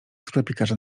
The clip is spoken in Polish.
sklepikarza